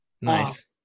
Nice